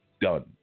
done